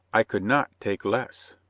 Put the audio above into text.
i could not take less.